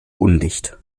undicht